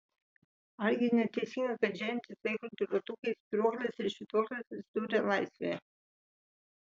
argi neteisinga kad žėrintys laikrodžių ratukai spyruoklės ir švytuoklės atsidūrė laisvėje